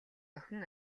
охин